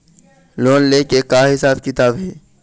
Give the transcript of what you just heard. Loan ले के का हिसाब किताब हे?